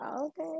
okay